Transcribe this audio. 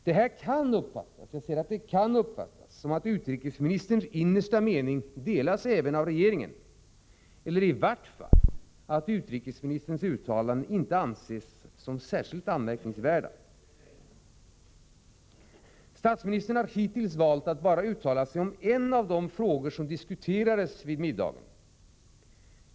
Detta kan uppfattas, jag säger kan uppfattas, som att utrikesministerns innersta mening delas även av resten av regeringen, eller i varje fall att utrikesministerns uttalanden inte anses som särskilt anmärkningsvärda. Statsministern har hittills valt att bara uttala sig om en av de frågor som diskuterades vid middagen.